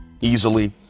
easily